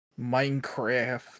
Minecraft